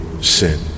sin